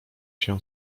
się